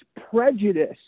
prejudice